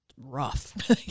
rough